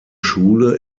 schule